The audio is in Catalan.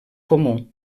comú